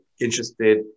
interested